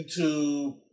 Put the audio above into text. YouTube